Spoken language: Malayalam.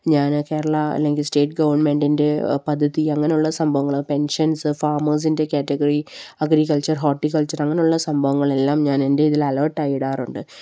ഞാന് കേരള അല്ലെങ്കില് സ്റ്റേറ്റ് ഗവൺമെൻറിൻ്റെ പദ്ധതി അങ്ങനെയുള്ള സംഭവങ്ങള് പെൻഷൻസ് ഫാമേഴ്സിൻ്റെ കാറ്റഗറി അഗ്രികൾച്ചർ ഹോർട്ടിക്കൾച്ചർ അങ്ങനെയുള്ള സംഭവങ്ങളെല്ലാം ഞാൻ എൻ്റെ ഇതില് അലര്ട്ടായിടാറുണ്ട്